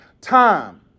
time